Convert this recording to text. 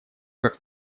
как